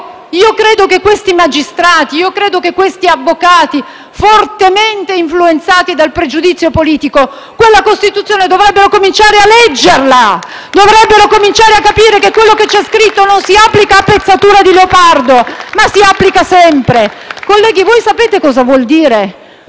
io credo che questi magistrati, io credo che questi avvocati, fortemente influenzati dal pregiudizio politico, quella Costituzione dovrebbero cominciare a leggerla. *(Applausi dal Gruppo FI-BP)*. Dovrebbero cominciare a capire che quello che c'è scritto non si applica a pezzatura di leopardo ma si applica sempre. Colleghi, voi sapete cosa vuol dire